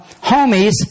Homies